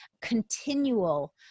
continual